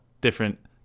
different